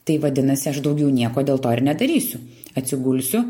tai vadinasi aš daugiau nieko dėl to ir nedarysiu atsigulsiu